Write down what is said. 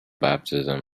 baptism